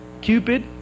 Cupid